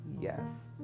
Yes